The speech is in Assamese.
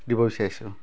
দিব বিচাৰিছোঁ